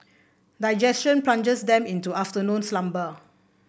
digestion plunges them into afternoon slumber